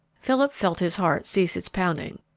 philip felt his heart cease its pounding,